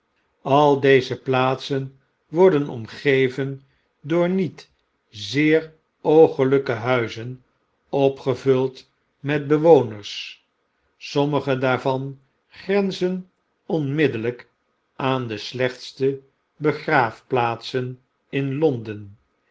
al deze plaatsen worden omgeven door niet zeer ooglpe huizen opgevuld met bewoners sommige daarvan grenzen onmiddellp aan de slechtste begraafplaatsen in londen